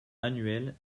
annuel